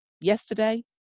yesterday